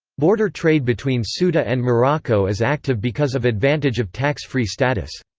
border trade between so ceuta and morocco is active because of advantage of tax-free status.